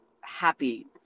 happy